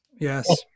Yes